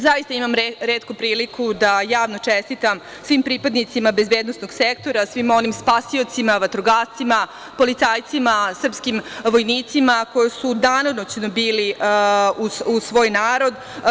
Zaista imam retku priliku da javno čestitam svim pripadnicima bezbednosnog sektora, svim onim spasiocima, vatrogascima, policajcima, srpskim vojnicima, koji su danonoćno bili uz svoj narod.